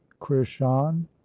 Krishan